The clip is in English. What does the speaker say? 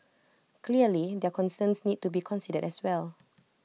clearly their concerns need to be considered as well